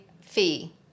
fee